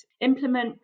implement